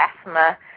asthma